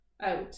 out